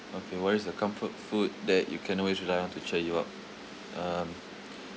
okay what is the comfort food that you can always rely on to cheer you up um